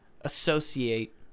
associate